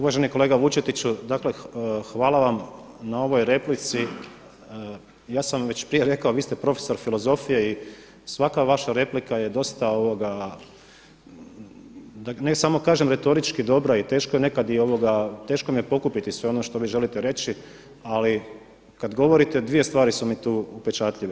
Uvaženi kolega Vučetiću, dakle hvala vam na ovoj replici, ja sam već prije rekao a vi ste profesor filozofije i svaka vaša replika je dosta, ne samo kažem retorički dobra i teško je nekad, teško mi je pokupiti sve ono što vi želite reći ali kada govorite, dvije stvari su mi tu upečatljive.